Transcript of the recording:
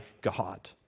God